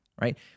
right